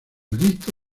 listo